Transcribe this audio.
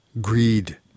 greed